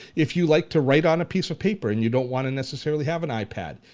if you like to write on a piece of paper, and you don't wanna necessarily have an ipad,